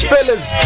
Fellas